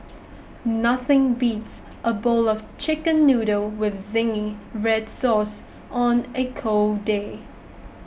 nothing beats a bowl of Chicken Noodles with Zingy Red Sauce on a cold day